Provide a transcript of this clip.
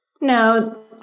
No